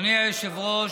אדוני היושב-ראש,